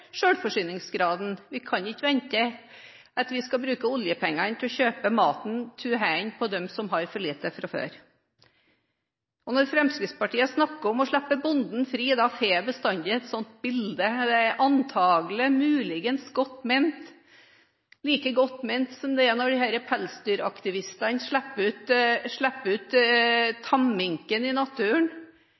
Vi kan ikke vente at vi skal bruke oljepengene til å kjøpe maten ut av hendene på dem som har for lite fra før. Når Fremskrittspartiet snakker om å slippe bonden fri, får jeg bestandig et sånt bilde: Det er antakelig, muligens, godt ment – like godt ment som når disse pelsdyraktivistene slipper tamminken ut i naturen. Det er